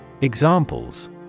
Examples